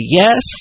yes